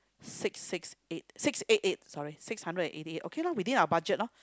six six eight six eight eight sorry six hundred and eighty eight okay lo within out budget loh